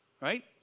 right